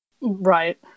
Right